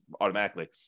automatically